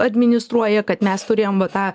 administruoja kad mes turėjom va tą